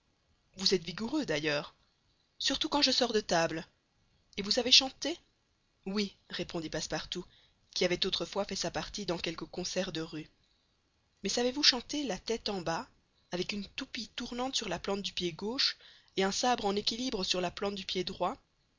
vous êtes vigoureux d'ailleurs surtout quand je sors de table et vous savez chanter oui répondit passepartout qui avait autrefois fait sa partie dans quelques concerts de rue mais savez-vous chanter la tête en bas avec une toupie tournante sur la plante du pied gauche et un sabre en équilibre sur la plante du pied droit